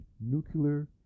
Nuclear